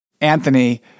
Anthony